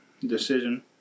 decision